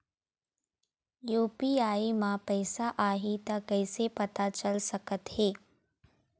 UPI म पैसा आही त कइसे पता चल सकत हे?